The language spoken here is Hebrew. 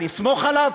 אני אסמוך עליו?